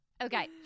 Okay